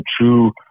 true